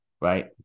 right